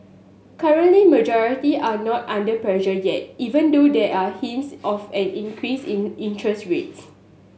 currently majority are not under pressure yet even though there are hints of an increase in interest rates